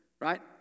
right